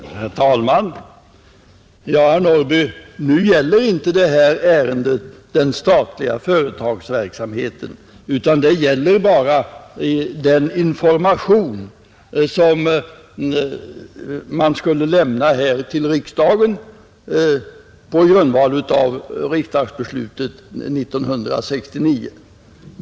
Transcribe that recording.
Herr talman! Ja, herr Norrby i Åkersberga, detta ärende gäller inte den statliga företagsverksamheten utan det gäller bara den information om Statsföretag som regeringen skulle lämna här i riksdagen på grundval av riksdagsbeslutet 1969.